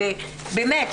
באמת,